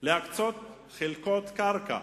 להקצות חלקות קרקע